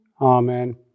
Amen